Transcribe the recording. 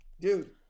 dude